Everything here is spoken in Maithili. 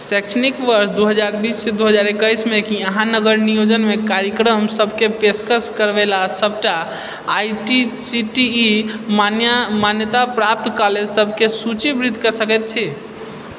शैक्षणिक वर्ष दू हजार बीससँ दू हजार एकैस मे कि अहाँ नगर नियोजन मे कार्यक्रम सबकेँ पेशकश करवैला सबटा I T C T E मान्या मान्यताप्राप्त कॉलेज सबकेँ सूचीबद्ध कऽ सकैत छी